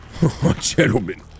gentlemen